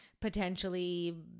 potentially